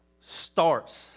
starts